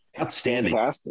Outstanding